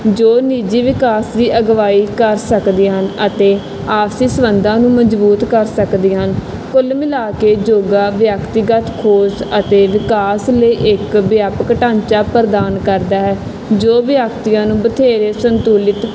ਜੋ ਨਿੱਜੀ ਵਿਕਾਸ ਦੀ ਅਗਵਾਈ ਕਰ ਸਕਦੇ ਹਨ ਅਤੇ ਆਪਸੀ ਸੰਬੰਧਾਂ ਨੂੰ ਮਜਬੂਤ ਕਰ ਸਕਦੇ ਹਨ ਕੁੱਲ ਮਿਲਾ ਕੇ ਯੋਗਾ ਵਿਅਕਤੀਗਤ ਖੋਜ ਅਤੇ ਵਿਕਾਸ ਲਈ ਇੱਕ ਵਿਆਪਕ ਢਾਂਚਾ ਪ੍ਰਦਾਨ ਕਰਦਾ ਹੈ ਜੋ ਵਿਅਕਤੀਆਂ ਨੂੰ ਬਥੇਰੇ ਸੰਤੁਲਿਤ